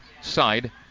side